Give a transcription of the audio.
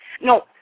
No